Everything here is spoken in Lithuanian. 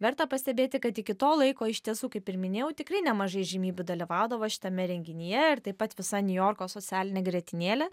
verta pastebėti kad iki to laiko iš tiesų kaip ir minėjau tikrai nemažai įžymybių dalyvaudavo šitame renginyje taip pat visa niujorko socialinė grietinėlė